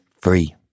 free